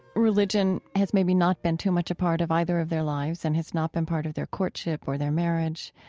religion has maybe not been too much a part of either of their lives and has not been part of their courtship before their marriage.